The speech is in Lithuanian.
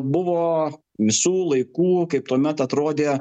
buvo visų laikų kaip tuomet atrodė